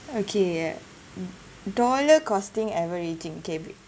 okay uh dollar costing averaging okay